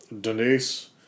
Denise